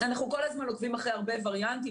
אנחנו כל הזמן עוקבים אחרי הרבה וריאנטים,